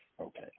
Okay